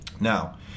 Now